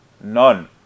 none